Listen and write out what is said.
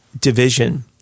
division